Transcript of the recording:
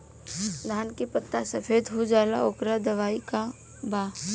धान के पत्ता सफेद हो जाला ओकर दवाई का बा?